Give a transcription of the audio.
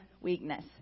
weakness